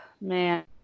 man